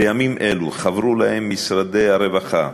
בימים אלו חברו להם משרדי הרווחה,